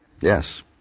Yes